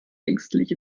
ängstlich